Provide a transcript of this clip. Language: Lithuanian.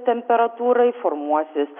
temperatūrai formuosis